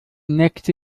nächste